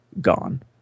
gone